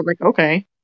okay